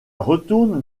retourne